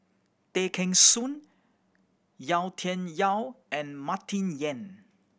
Tay Kheng Soon Yau Tian Yau and Martin Yan